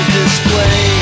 display